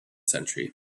century